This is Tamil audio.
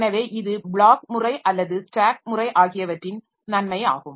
எனவே இது ப்ளாக் முறை அல்லது ஸ்டேக் முறை ஆகியவற்றின் நன்மை ஆகும்